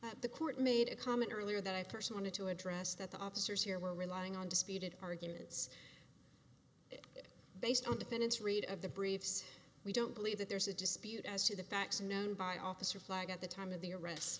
at the court made a comment earlier that person wanted to address that the officers here were relying on disputed arguments based on defendant's read of the briefs we don't believe that there's a dispute as to the facts known by officer flag at the time of the arrest